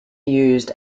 used